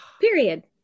period